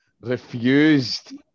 refused